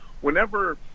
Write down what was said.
whenever